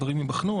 הדברים ייבחנו,